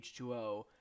H2O